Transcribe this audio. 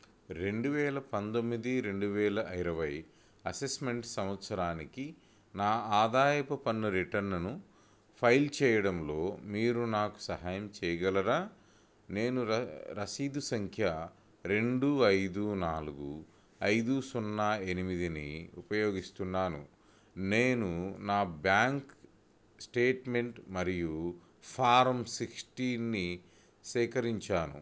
రెండు వేల పంతొమ్మిది రెండు వేల ఇరవై అసెస్మెంట్ సంవత్సరానికి నా ఆదాయపు పన్ను రిటర్న్ను ఫైల్ చేయడంలో మీరు నాకు సహాయం చేయగలరా నేను రసీదు సంఖ్య రెండు ఐదు నాలుగు ఐదు సున్నా ఎనిమిదిని ఉపయోగిస్తున్నాను నేను నా బ్యాంక్ స్టేట్మెంట్ మరియు ఫారం సిక్స్టీన్ని సేకరించాను